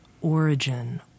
origin